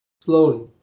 slowly